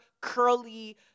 curly